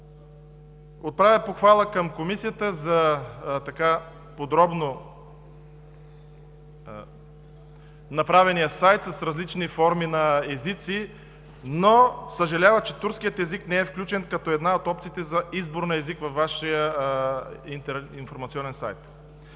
Отправя похвала към Комисията за подробно направения сайт с различни форми на езици, но съжалява, че турският език не е включен като една от опциите за избор на език във Вашия информационен сайт.